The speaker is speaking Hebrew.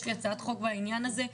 יש לי הצעת חוק בעניין הזה.